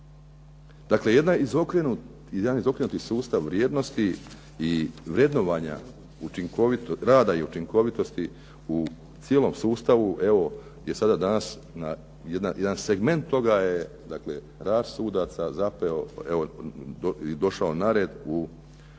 Dakle, jedan izokrenut sustav vrijednosti i vrednovanja rada i učinkovitosti u cijelom sustavu. Evo sada je danas jedan segment toga, je dakle rad sudaca zapeo i došao na red u ovom